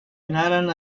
anaren